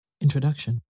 Introduction